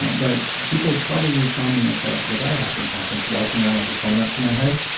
um but people probably saw me at the the biohacking conference walking around with a phone up to my head.